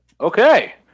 Okay